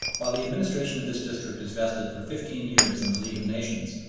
while the administration of this district is vested for fifteen years in the league of nations,